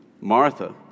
Martha